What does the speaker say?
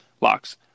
Locks